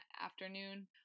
afternoon